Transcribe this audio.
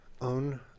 own